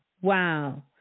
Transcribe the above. wow